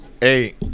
Hey